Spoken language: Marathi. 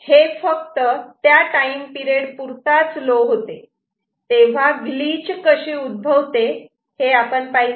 हे फक्त त्या टाईम पिरेड पुरताच लो होते तेव्हा ग्लिच कशी उद्भवते हे पाहिले